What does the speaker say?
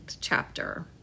chapter